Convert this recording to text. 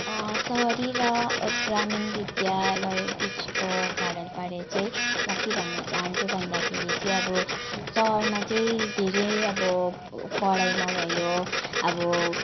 सहरी र ग्रामीण विद्यालय बिचको खाडलबारे चाहिँ म के भन्न चाहन्छु भन्दाखेरि चाहिँ अब सहरमा चाहिँ धेरै अब पढाइमा भयो अब